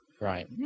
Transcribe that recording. Right